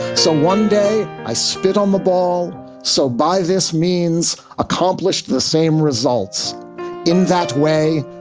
so one day i spit on the ball so by this means accomplished the same results in that way.